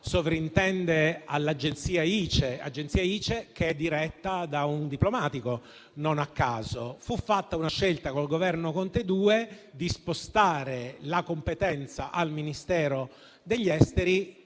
imprese italiane (ICE), che è diretta da un diplomatico, non a caso. Fu fatta la scelta, col Governo Conte II, di spostare la competenza al Ministero degli affari